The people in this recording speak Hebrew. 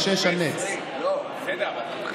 הנץ, אל תדאג,